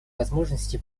возможности